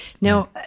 Now